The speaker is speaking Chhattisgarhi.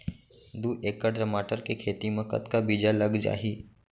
दू एकड़ टमाटर के खेती मा कतका बीजा लग जाही?